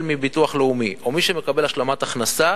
מביטוח לאומי או מי שמקבל השלמת הכנסה,